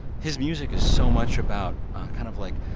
his music is so much about kind of, like,